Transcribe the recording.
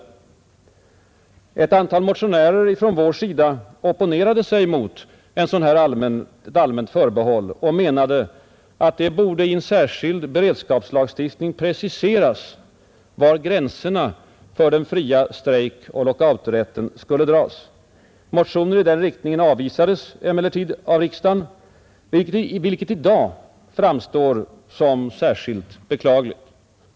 Ett antal motionärer från vår sida opponerade sig mot ett sådant allmänt förbehåll och menade, att det borde i en särskild beredskapslagstiftning preciseras var gränserna för den fria strejkoch lockouträtten skulle dras. Motioner i den riktningen avvisades emellertid av riksdagen, vilket i dag framstår som särskilt beklagligt.